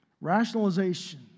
Rationalization